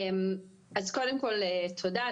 אז קודם כל תודה,